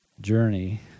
journey